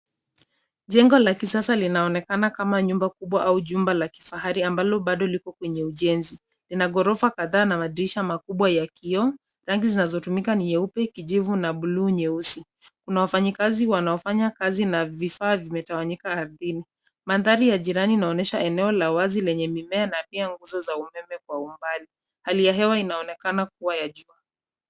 Jengo la kisasa linaonekana kama nyumba kubwa au jumba la kifahari ambalo bado liko kwenye ujenzi. Lina ghorofa kadhaa na madirisha makubwa ya kioo. Rangi zinazotumika ni nyeupe, kijivu na blue nyeusi. Kuna wafanyikazi wanaofanya kazi na vifaa vimetawanyika ardhini. Mandhari ya jirani inaonyesha eneo la wazi lenye mimea na pia nguzo za umeme kwa umbali. Hali ya hewa inaonekana kuwa ya jua.